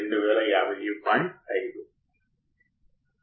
ఇప్పుడు operation amplifier op amp యొక్క లక్షణాలకు వద్దాం